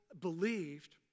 believed